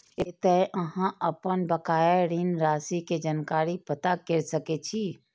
एतय अहां अपन बकाया ऋण राशि के जानकारी पता कैर सकै छी